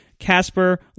casper